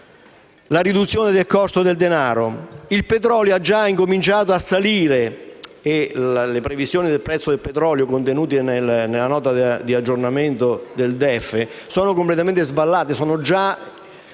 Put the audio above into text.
la riduzione del costo del denaro non durerà in eterno; il petrolio ha già cominciato a salire e le previsioni del prezzo del petrolio contenute nella Nota di aggiornamento al DEF sono completamente sballate, sono già